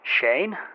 Shane